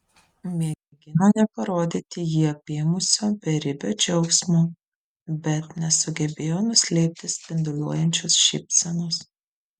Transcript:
mėgino neparodyti jį apėmusio beribio džiaugsmo bet nesugebėjo nuslėpti spinduliuojančios šypsenos